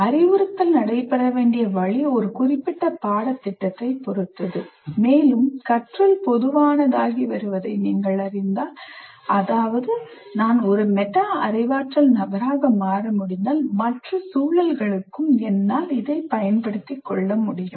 அறிவுறுத்தல் நடைபெற வேண்டிய வழி ஒரு குறிப்பிட்ட பாடத்திட்டத்தைப் பொறுத்தது மேலும் கற்றல் பொதுவானதாகி வருவதை நீங்கள் அறிந்தால் அதாவது நான் ஒரு மெட்டா அறிவாற்றல் நபராக மாற முடிந்தால் மற்ற சூழல்களுக்கும் என்னால் இதைப் பயன்படுத்த முடியும்